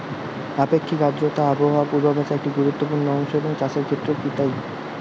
আপেক্ষিক আর্দ্রতা আবহাওয়া পূর্বভাসে একটি গুরুত্বপূর্ণ অংশ এবং চাষের ক্ষেত্রেও কি তাই?